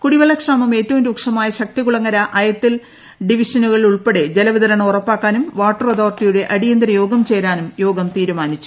കുടിവെള്ള ക്ഷാമം ഏറ്റവും രൂക്ഷമായ ശക്തികുളങ്ങര അയത്തിൽ ഡിവിഷനുകളിലുൾപ്പടെ ജലവിതരണം ഉറപ്പാക്കാനും വാട്ടർ അതോറിറ്റിയുടെ അടിയന്തരയോഗം ്ചേരാനും യോഗം തീരുമാനിച്ചു